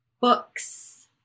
Books